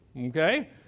Okay